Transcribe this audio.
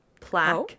plaque